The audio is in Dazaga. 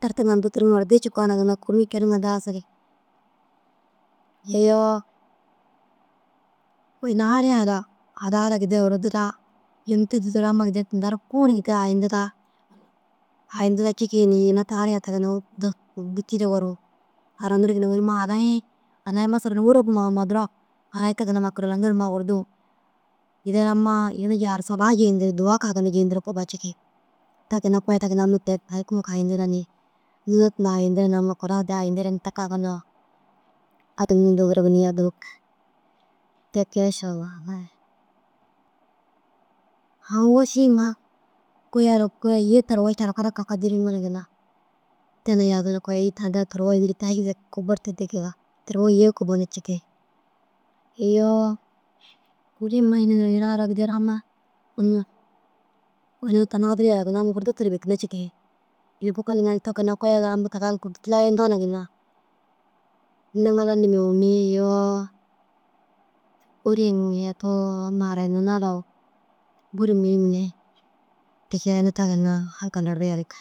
tirti ŋa na duturug irdi cikoo na ginna kûri ciriŋa daasigi. Iyoo hûi ina ariya raa ara hada daa gidde ru urudira yim te dudur amma gideru tinda ru kuũ yikaa hayindiraa hayindira cikii ni ina ta ariya ta ginna dûtire goruũ haranirigi ni. Owonni ma hadayiĩ hadayi masalanu wôrobu ma duro hadayi te ginna ma kerereŋkir girdu yuna amma yunu ji arsaba jeyindire waka ginna jeyindire te ginna kota ginna tinta ru kuũ hayindira ni dûza tinda hayindire ni amma kura daha hayindire ni ta ginna ti kee inšalla bahi. Aũ wôšii ŋa kôye ara kôya îya turowa carkira kaka dîriŋa na ginna te na yadinig kôi addi ra turowa turowa îya kuba na cikii. Iyoo kuriima înni nirig ina ara gideru amma unnu ina ara ta hadiri ja ginna amma gura dutira bêkinna cikii. amma takaga mukur dûrtu rayindoo na ginna niŋila nimau ni iyoo ôri yatu amma harayindi na lau buri mûhim ni ti kee ina ta ginna aŋkal irri yenig.